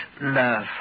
love